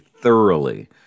thoroughly